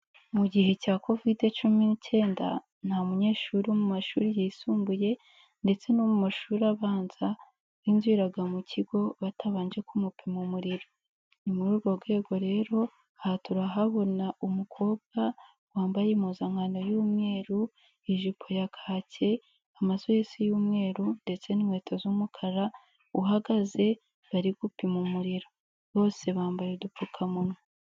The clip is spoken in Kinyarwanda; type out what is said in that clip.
Mu gihe cya Covid-19 nta munyeshuri wo mu mashuri yisumbuye ndetse no mu mashuri abanza winjiraga mu kigo batabanje kumupima umuriro, ni muri urwo rwego rero aha turahabona umukobwa wambaye impuzankano y'umweru, ijipo ya kake, amasogisi y'umweru ndetse n'inkweto z'umukara uhagaze bari gupima umuriro, bose bambaye udupfukamunwa.